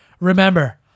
Remember